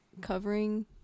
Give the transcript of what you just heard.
covering